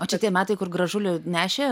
o čia tie metai kur gražulį nešė